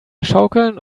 schaukeln